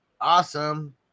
Awesome